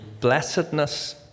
blessedness